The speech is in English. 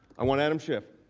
i want adam schiff.